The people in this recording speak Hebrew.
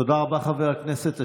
תודה רבה, חבר הכנסת אשר.